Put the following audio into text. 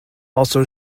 also